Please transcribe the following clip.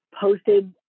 posted